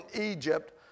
Egypt